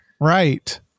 Right